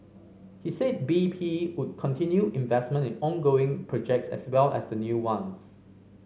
he said B P would continue investment in ongoing projects as well as the new ones